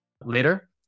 later